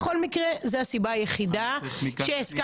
בכל מקרה זה הסיבה היחידה שהסכמנו.